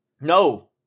No